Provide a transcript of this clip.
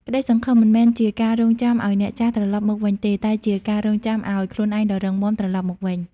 ក្តីសង្ឃឹមមិនមែនជាការរង់ចាំឱ្យអ្នកចាស់ត្រឡប់មកវិញទេ តែជាការរង់ចាំឱ្យ "ខ្លួនឯងដ៏រឹងមាំ" ត្រឡប់មកវិញ។